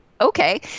okay